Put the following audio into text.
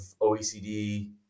OECD